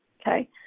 Okay